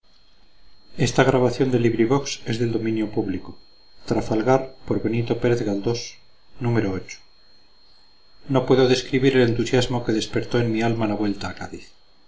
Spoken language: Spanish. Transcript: no puedo describir el entusiasmo que despertó en mi alma la vuelta a